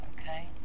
okay